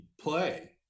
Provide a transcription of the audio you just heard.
play